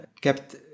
kept